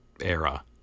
era